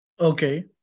Okay